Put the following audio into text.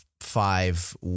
five